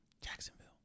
Jacksonville